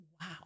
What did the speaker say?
wow